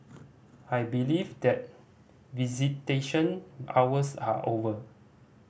I believe that visitation hours are over